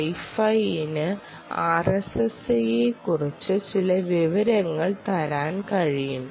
Wi Fi ന് RSSI യെക്കുറിച്ച് ചില വിവരങ്ങൾ തരാൻ കഴിയും